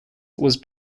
was